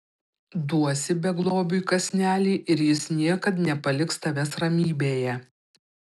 duosi beglobiui kąsnelį ir jis niekad nepaliks tavęs ramybėje